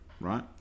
right